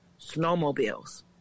snowmobiles